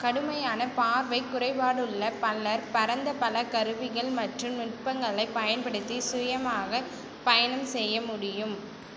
கடுமையான பார்வைக்குறைபாடுள்ள பலர் பரந்த பல கருவிகள் மற்றும் நுட்பங்களை பயன்படுத்தி சுயமாக பயணம் செய்ய முடியும்